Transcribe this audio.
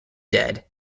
dead